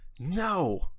No